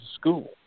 school